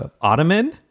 ottoman